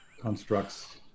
constructs